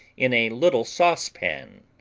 in a little saucepan,